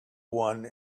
one